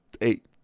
eight